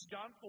John